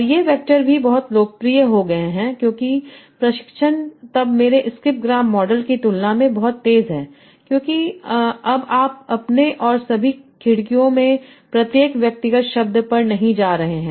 और ये वैक्टर भी बहुत लोकप्रिय हो गए हैं क्योंकि प्रशिक्षण तब मेरे स्किप ग्राम मॉडल की तुलना में बहुत तेज है क्योंकि अब आप अपने और सभी खिड़कियों में प्रत्येक व्यक्तिगत शब्द पर नहीं जा रहे हैं